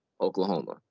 Oklahoma